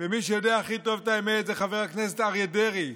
ומי שיודע הכי טוב את האמת זה חבר הכנסת אריה דרעי.